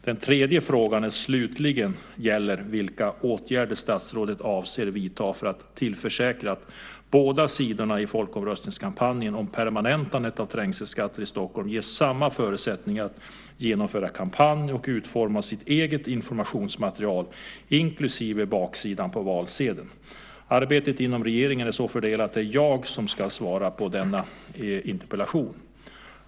Den tredje frågan slutligen gäller vilka åtgärder statsrådet avser att vidta för att tillförsäkra att båda sidorna i folkomröstningskampanjen om permanentandet av trängselskatter i Stockholm ges samma förutsättningar att genomföra kampanj och utforma sitt eget informationsmaterial, inklusive baksidan på valsedeln. Arbetet inom regeringen är så fördelat att det är jag som ska svara på denna interpellation.